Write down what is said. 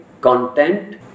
content